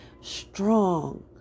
strong